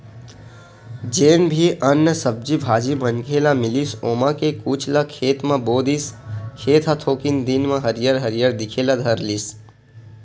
जेन भी अन्न, सब्जी भाजी मनखे ल मिलिस ओमा के कुछ ल खेत म बो दिस, खेत ह थोकिन दिन म हरियर हरियर दिखे ल धर लिस